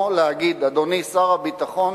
כמו להגיד: אדוני שר הביטחון,